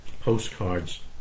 postcards